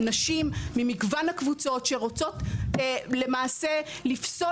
נשים ממגוון הקבוצות שרוצות למעשה לפסול